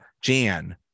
Jan